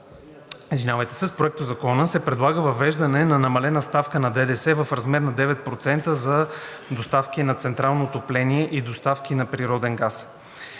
складове. С Проектозакона се предлага въвеждане на намалена ставка на ДДС в размер на 9% за доставки на централно отопление и доставки на природен газ.